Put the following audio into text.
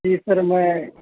جی sir میں